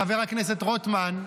חבר הכנסת רוטמן,